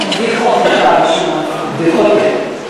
בדיחות, בדיחות.